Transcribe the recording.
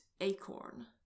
acorn